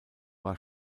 war